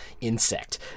insect